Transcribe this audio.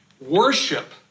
worship